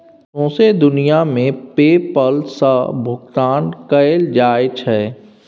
सौंसे दुनियाँ मे पे पल सँ भोगतान कएल जाइ छै